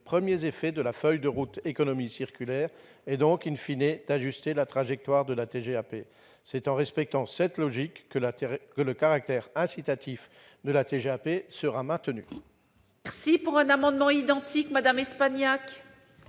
premiers effets de la feuille de route pour une économie circulaire, et donc ajuster la trajectoire de la TGAP. C'est en respectant cette logique que le caractère incitatif de la TGAP sera maintenu.